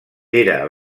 era